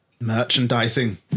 merchandising